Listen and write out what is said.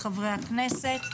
לחברי הכנסת.